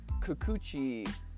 Kikuchi